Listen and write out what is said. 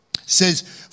says